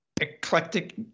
eclectic